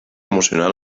emocional